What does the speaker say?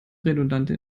redundante